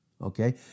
okay